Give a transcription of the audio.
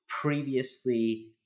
previously